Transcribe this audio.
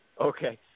Okay